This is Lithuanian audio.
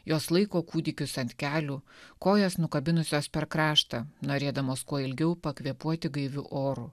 jos laiko kūdikius ant kelių kojas nukabinusios per kraštą norėdamos kuo ilgiau pakvėpuoti gaiviu oru